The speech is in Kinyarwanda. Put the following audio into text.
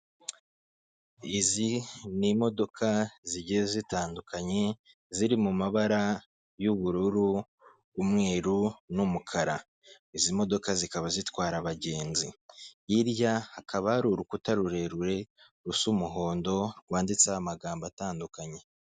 Izi ni imodoka zigiye zitandukanye ziri mu mabara y'ubururu, umweru n'umukara, izi modoka zikaba zitwara abagenzi, hirya hakaba hari urukuta rurerure rusa umuhondo rwanditseho amagambo atandukanye.